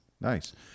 nice